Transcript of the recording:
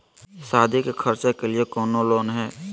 सादी के खर्चा के लिए कौनो लोन है?